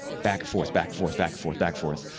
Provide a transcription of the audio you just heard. back forth, back forth, back forth, back forth,